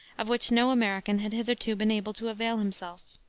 of which no american had hitherto been able to avail himself.